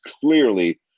clearly